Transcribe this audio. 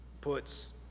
puts